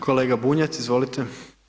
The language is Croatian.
Kolega Bunjac, izvolite.